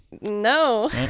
No